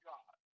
God